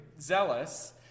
zealous